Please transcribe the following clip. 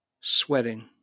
sweating